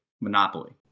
monopoly